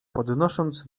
podnosząc